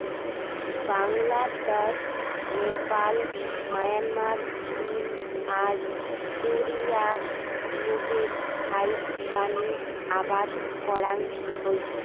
Bangladesh, Nepal, Myanmar, চীন আর কোরিয়াত মুগের ফাইকবানী আবাদ করাং হই